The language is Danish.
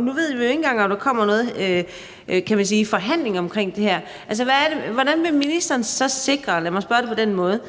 Nu ved vi jo ikke engang, om der kommer nogle forhandlinger omkring det her. Hvordan vil ministeren så sikre – lad mig spørge på den måde